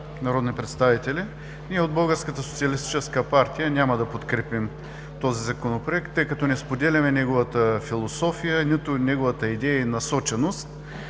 социалистическа партия няма да подкрепим този Законопроект, тъй като не споделяме неговата философия, нито неговата идея и насоченост.